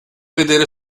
vedere